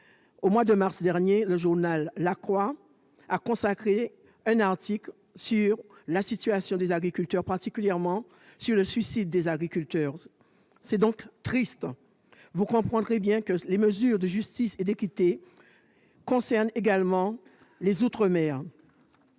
Au mois de mars dernier, le journal a consacré un article à la situation des agriculteurs, particulièrement au taux de suicide dans la profession. La situation est triste. Vous comprendrez que les mesures de justice et d'équité concernent également les outre-mer,